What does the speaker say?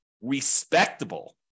respectable